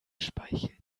speichel